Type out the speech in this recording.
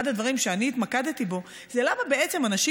אחד הדברים שאני התמקדתי בהם זה למה בעצם אנשים